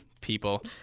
People